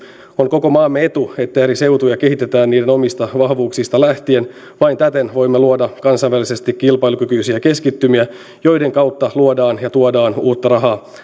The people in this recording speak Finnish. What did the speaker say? on koko maamme etu että eri seutuja kehitetään niiden omista vahvuuksista lähtien vain täten voimme luoda kansainvälisesti kilpailukykyisiä keskittymiä joiden kautta luodaan ja tuodaan uutta rahaa